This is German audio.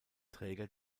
träger